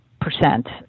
percent